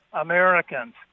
Americans